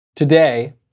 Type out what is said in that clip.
Today